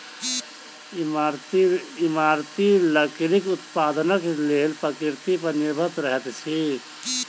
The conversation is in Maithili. इमारती लकड़ीक उत्पादनक लेल प्रकृति पर निर्भर रहैत छी